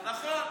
נכון.